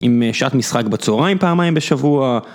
עם שעת משחק בצהריים פעמיים בשבוע